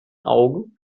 augen